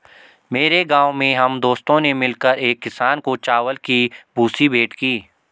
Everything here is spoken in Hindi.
मेरे गांव में हम दोस्तों ने मिलकर एक किसान को चावल की भूसी भेंट की